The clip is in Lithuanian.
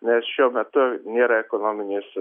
nes šiuo metu nėra ekonominės